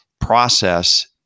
process